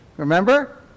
remember